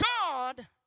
God